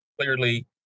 Clearly